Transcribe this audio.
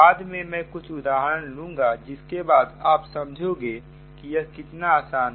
बाद में मैं कुछ उदाहरण लूंगा जिसके बाद आप समझोगे कि यह कितना आसान है